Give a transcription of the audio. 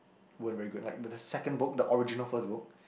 weren't very good like the the second book the original first book